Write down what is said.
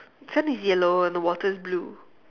sand is yellow and the water is blue